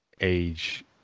age